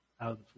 out